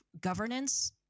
governance